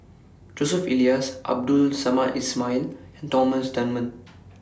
Joseph Elias Abdul Samad Ismail Thomas Dunman